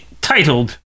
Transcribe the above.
titled